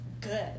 good